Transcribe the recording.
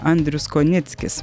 andrius konickis